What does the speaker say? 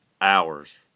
hours